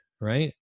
right